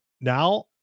now